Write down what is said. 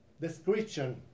description